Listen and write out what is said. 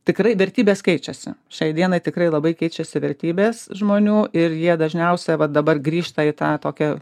tikrai vertybės keičiasi šiai dienai tikrai labai keičiasi vertybės žmonių ir jie dažniausia va dabar grįžta į tą tokią